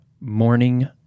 morning